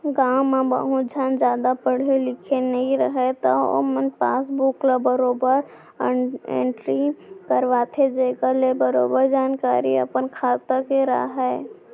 गॉंव म बहुत झन जादा पढ़े लिखे नइ रहयँ त ओमन पासबुक ल बरोबर एंटरी करवाथें जेखर ले बरोबर जानकारी अपन खाता के राहय